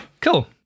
Cool